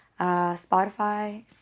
Spotify